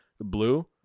Blue